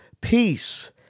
peace